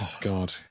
God